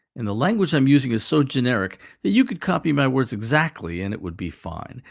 and the language i'm using is so generic that you could copy my words exactly and it would be fine.